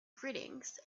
greetings